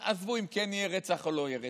עזבו אם כן יהיה רצח או לא יהיה רצח,